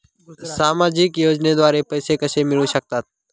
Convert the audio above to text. सामाजिक योजनेद्वारे पैसे कसे मिळू शकतात?